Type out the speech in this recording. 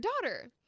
daughter